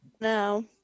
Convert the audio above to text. No